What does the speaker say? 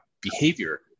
behavior